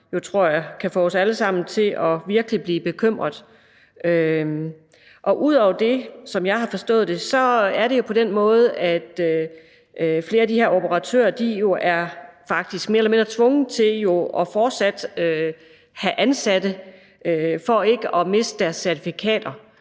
tror jeg, kan få os alle sammen til at blive virkelig bekymret. Ud over det er det, som jeg har forstået det, jo på den måde, at flere af de her operatører faktisk er mere eller mindre tvunget til fortsat at have ansatte for ikke at miste deres certifikater,